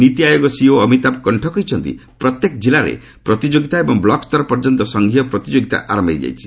ନୀତି ଆୟୋଗ ସିଇଓ ଅମିତାଭ୍ କଣ୍ଠ କହିଛନ୍ତି ପ୍ରତ୍ୟେକ ଜିଲ୍ଲାରେ ପ୍ରତିଯୋଗିତା ଏବଂ ବ୍ଲକ୍ ସ୍ତର ପର୍ଯ୍ୟନ୍ତ ସଂଘୀୟ ପ୍ରତିଯୋଗିତା ଆରୟ ହୋଇଯାଇଛି